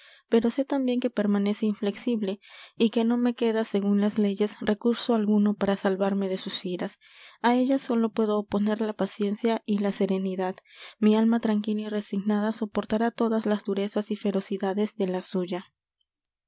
pero sé tambien que permanece inflexible y que no me queda segun las leyes recurso alguno para salvarme de sus iras a ellas sólo puedo oponer la paciencia y la serenidad mi alma tranquila y resignada soportará todas las durezas y ferocidades de la suya